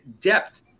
depth